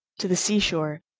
to the sea-shore,